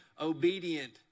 obedient